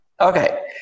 Okay